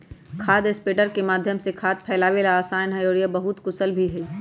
खाद स्प्रेडर के माध्यम से खाद फैलावे ला आसान हई और यह बहुत कुशल भी हई